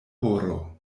horo